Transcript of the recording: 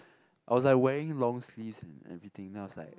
I was like wearing long sleeves and everything then I was like